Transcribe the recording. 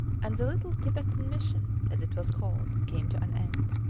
and the little tibetan mission, as it was called, came to an end.